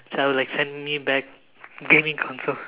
so I would like send me back gaming consoles